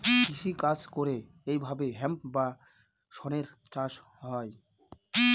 কৃষি কাজ করে এইভাবে হেম্প বা শনের চাষ হয়